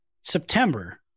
September